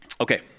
Okay